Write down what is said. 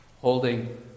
holding